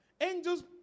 Angels